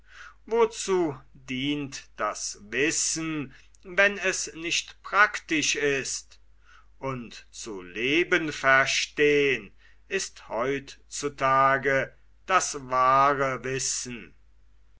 wozu dient das wissen wenn es nicht praktisch ist und zu leben verstehn ist heut zu tage das wahre wissen